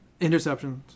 interceptions